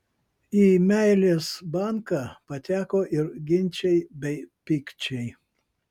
į meilės banką pateko ir ginčai bei pykčiai